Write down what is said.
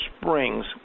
Springs